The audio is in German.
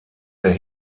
der